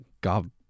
God